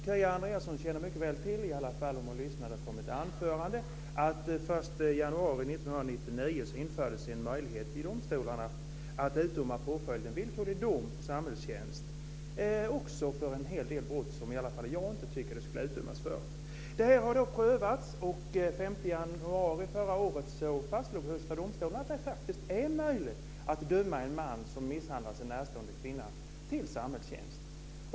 Kia Andreasson känner mycket väl till, i alla fall om hon lyssnade på mitt anförande, att det den 1 januari 1999 infördes en möjlighet för domstolarna att utdöma påföljden villkorlig dom och samhällstjänst också för en hel del brott som i alla fall jag inte tycker att den skulle kunna utdömas för. Detta har prövats, och den 5 januari förra året fastslog Högsta domstolen att det faktiskt är möjligt att döma en man som misshandlat sin närstående kvinna till samhällstjänst.